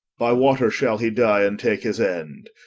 by water shall he dye, and take his end.